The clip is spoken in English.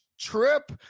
trip